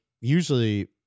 usually